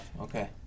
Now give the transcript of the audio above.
Okay